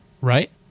right